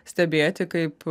stebėti kaip